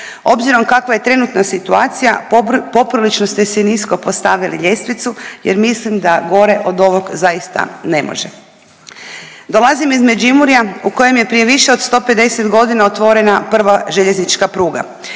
Obzirom kakva je trenutna situacija poprilično ste si nisko postavili ljestvicu jer mislim da gore od ovog zaista ne može. Dolazim iz Međimurja u kojem je prije više od 150 godina otvorena prva željeznička pruga,